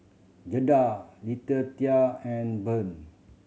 Jada Letitia and Burr